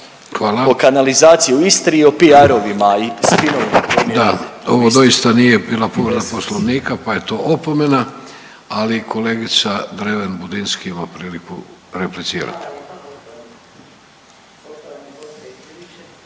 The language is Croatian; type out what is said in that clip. **Vidović, Davorko (Socijaldemokrati)** Da, ovo doista nije bila povreda Poslovnika pa je to opomena. Ali kolegica Dreven Budinski ima priliku replicirati.